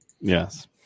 yes